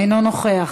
אינו נוכח.